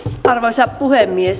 arvoisa puhemies